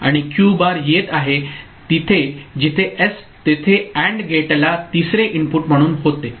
आणि Q bar येत आहे तिथे जिथे एस तेथे AND गेटला तिसरे इनपुट म्हणून होते ओके